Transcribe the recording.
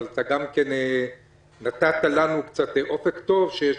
אבל אתה גם נתת לנו קצת אופק טוב בכך שיש